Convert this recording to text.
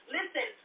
Listen